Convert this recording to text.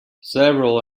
several